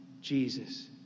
Jesus